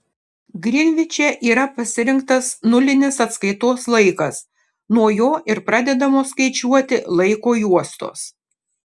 grinviče yra pasirinktas nulinis atskaitos laikas nuo jo ir pradedamos skaičiuoti laiko juostos